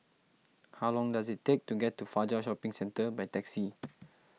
how long does it take to get to Fajar Shopping Centre by taxi